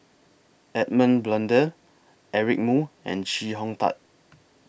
Edmund Blundell Eric Moo and Chee Hong Tat